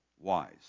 wise